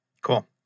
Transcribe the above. Cool